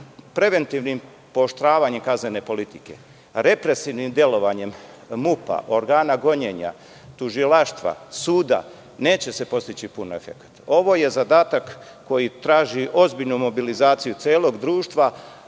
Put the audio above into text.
preventivnim pooštravanjem kaznene politike, represivnim delovanjem MUP, organa gonjenja, tužilaštva, suda, neće se postići pun efekat. Ovo je zadatak koji traži ozbiljnu mobilizaciju celog društva,